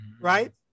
right